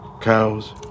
cows